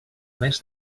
més